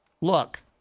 Look